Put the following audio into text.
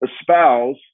espouse